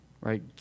right